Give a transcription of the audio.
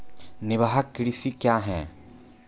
निवाहक कृषि क्या हैं?